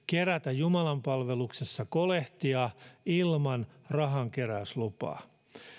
kerätä jumalanpalveluksessa kolehtia ilman rahankeräyslupaa